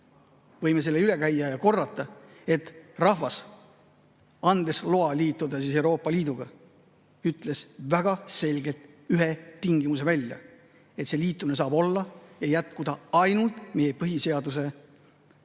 Võime selle üle käia ja korrata, et rahvas, andes loa liituda Euroopa Liiduga, ütles väga selgelt ühe tingimuse: see liitumine saab olla ja jätkuda ainult meie põhiseaduse